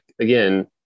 again